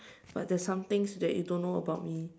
but there's some things that you don't know about me